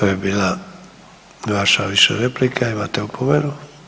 To je bila vaša više replika, imate opomenu.